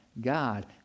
God